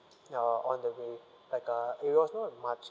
ya on the way like uh it was not much